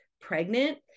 pregnant